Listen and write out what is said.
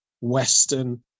western